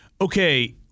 okay